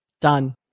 Done